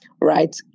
right